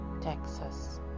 Texas